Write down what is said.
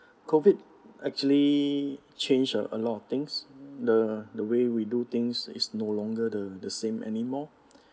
COVID actually changed a a lot of things the the way we do things is no longer the the same anymore